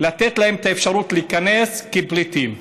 לתת להם את האפשרות להיכנס כפליטים.